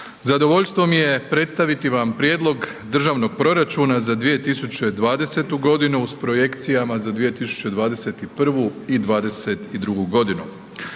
zadovoljstvo mi je predstaviti vam Prijedlog Državnog proračuna za 2020. godinu s projekcijama za 2021. i '22. godinu.